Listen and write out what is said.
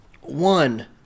One